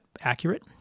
accurate